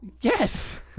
Yes